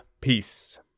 Peace